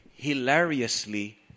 Hilariously